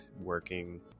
working